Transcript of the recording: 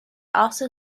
also